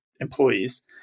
employees